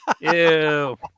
Ew